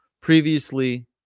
previously